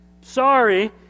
Sorry